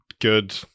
good